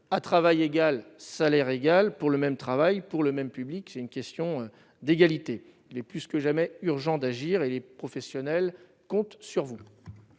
à travail égal, salaire égal pour le même travail pour le même public, c'est une question d'égalité, il est plus que jamais urgent d'agir, et les professionnels compte sur vous.